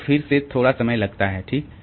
तो फिर से थोड़ा समय लगता है ठीक